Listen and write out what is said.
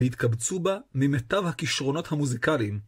והתקבצו בה ממיטב הכישרונות המוזיקליים.